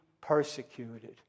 persecuted